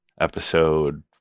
episode